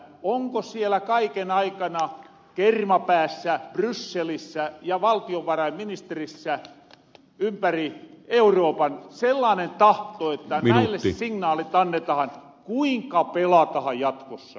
onko sielä kaiken aikana kermapäässä brysselissä ja valtiovarainministerissä ympäri euroopan sellaanen tahto että näille signaalit annetahan kuinka pelatahan jatkossa